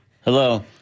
Hello